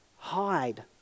Hide